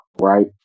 Right